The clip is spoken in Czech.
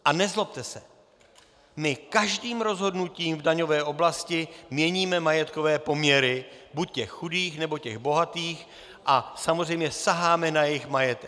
A nezlobte se, my každým rozhodnutím v daňové oblasti měníme majetkové poměry buď těch chudých, nebo těch bohatých, a samozřejmě saháme na jejich majetek.